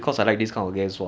I don't know ah but